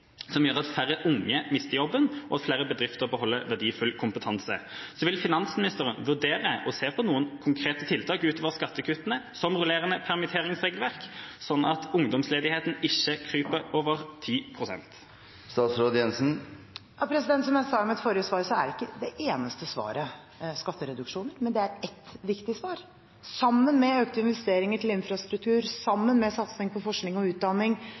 som gjør at færre unge mister jobben, og at flere bedrifter beholder verdifull kompetanse. Vil finansministeren vurdere å se på noen konkrete tiltak utover skattekuttene, som rullerende permitteringsregelverk, sånn at ungdomsledigheten ikke kryper over 10 pst. Som jeg sa i mitt forrige svar, er ikke det eneste svaret skattereduksjoner, men det er et viktig svar, sammen med økte investeringer til infrastruktur, sammen med satsing på forskning og utdanning,